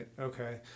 Okay